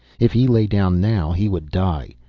if he lay down now, he would die.